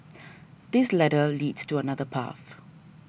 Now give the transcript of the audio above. this ladder leads to another path